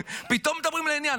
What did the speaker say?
פתאום מדברים לעניין.